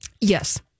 Yes